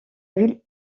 ville